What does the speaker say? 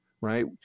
right